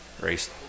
raced